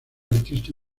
artista